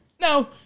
no